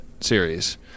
series